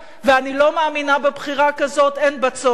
ואני לא מאמינה בבחירה כזאת, אין בה צורך.